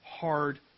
hard